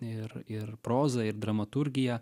ir ir prozą ir dramaturgiją